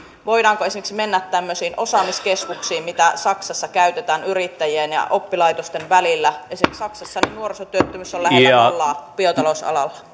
voidaanko esimerkiksi mennä tämmöisiin osaamiskeskuksiin mitä saksassa käytetään yrittäjien ja oppilaitosten välillä esimerkiksi saksassa nuorisotyöttömyys on lähellä nollaa biotalousalalla